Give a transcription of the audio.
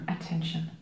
attention